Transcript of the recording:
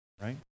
Right